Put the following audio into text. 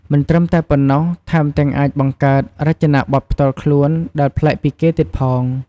មិនត្រឹមតែប៉ុណ្ណោះ ថែមទាំងអាចបង្កើតរចនាបថផ្ទាល់ខ្លួនដែលប្លែកពីគេទៀតផង។